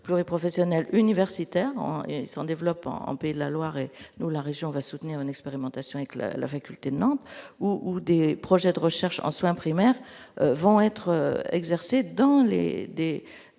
les professionnels, universitaires et son développement en Pays de la Loire et de la région va soutenir une expérimentation la la faculté de Nantes ou ou des projets de recherche en soins primaires vont être exercée dans l'Les